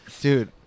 Dude